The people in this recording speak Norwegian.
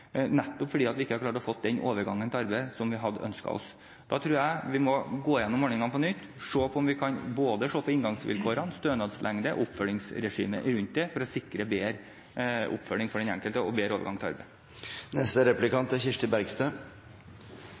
nettopp fordi vi ikke har klart å få til den overgangen til arbeid som vi hadde ønsket oss. Da tror jeg vi må gå gjennom ordningen på nytt, både inngangsvilkårene, stønadslengden og oppfølgingsregimet rundt den, for å sikre bedre oppfølging for den enkelte og bedre overgang til arbeid.